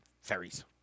Ferries